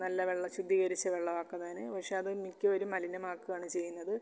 നല്ല വെള്ള ശുദ്ധീകരിച്ച വെള്ളമാക്കുന്നതിന് പക്ഷേ അതു മിക്കവരും മലിനമാക്കുകയാണ് ചെയ്യുന്നത്